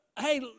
hey